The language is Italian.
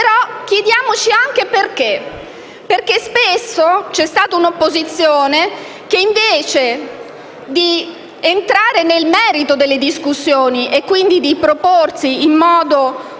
Chiediamoci, però, anche perché: spesso c'è stata un'opposizione che, invece di entrare nel merito delle discussioni e, quindi, di proporsi in modo